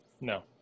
no